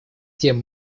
тем